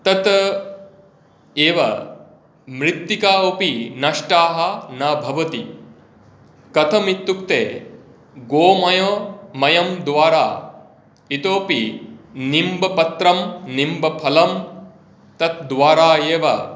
तत् एव मृत्तिका अपि नष्टाः न भवति कथमित्युक्ते गोमय मयं द्वारा इतोऽपि निम्बपत्रं निम्बफलं तद्द्वारा एव